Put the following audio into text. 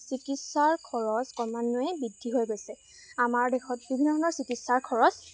চিকিৎসাৰ খৰচ ক্ৰমান্বয়ে বৃদ্ধি হৈ গৈছে আমাৰ দেশত বিভিন্ন ধৰণৰ চিকিৎসাৰ খৰচ